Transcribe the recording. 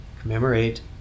commemorate